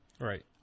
Right